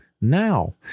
now